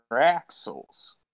axles